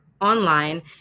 online